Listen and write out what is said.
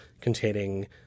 containing